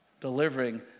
Delivering